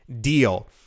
deal